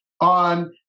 on